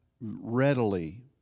readily